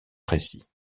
précis